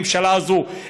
הממשלה הזאת,